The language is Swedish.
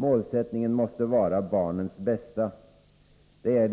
Målsättningen måste vara barnens bästa — är